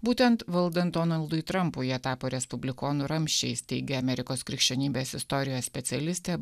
būtent valdant donaldui trampui jie tapo respublikonų ramsčiais teigia amerikos krikščionybės istorijos specialistė